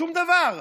שום דבר.